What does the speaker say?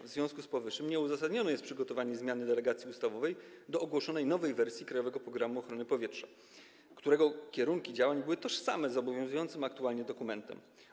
W związku z powyższym nieuzasadnione jest przygotowanie zmiany delegacji ustawowej do ogłoszonej nowej wersji „Krajowego programu ochrony powietrza”, którego kierunki działań są tożsame z aktualnie obowiązującym dokumentem.